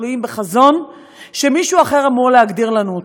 תלויים בחזון שמישהו אחר אמור להגדיר לנו.